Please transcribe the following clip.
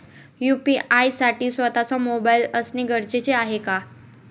UPI साठी स्वत:चा mobile असणे गरजेचे आहे का?